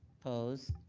opposed?